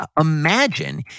Imagine